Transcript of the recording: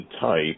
type